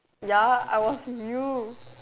ya I was with you